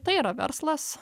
tai yra verslas